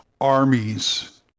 armies